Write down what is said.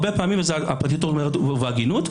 הרבה פעמים הפרקליטות אומרת ובהגינות,